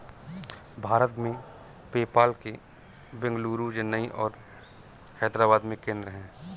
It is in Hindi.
भारत में, पेपाल के बेंगलुरु, चेन्नई और हैदराबाद में केंद्र हैं